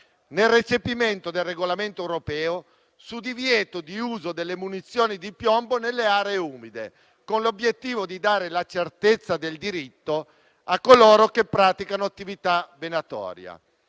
nel recepimento del Regolamento europeo sul divieto di uso delle munizioni di piombo nelle aree umide, con l'obiettivo di dare la certezza del diritto a coloro che praticano attività venatoria.